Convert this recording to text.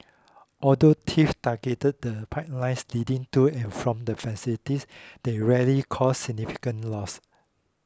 although thieves targeted the pipelines leading to and from the facilities they rarely caused significant loss